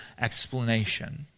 explanation